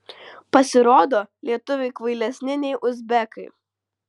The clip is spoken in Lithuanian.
pasirodo lietuviai kvailesni nei uzbekai